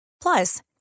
Plus